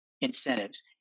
incentives